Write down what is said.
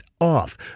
off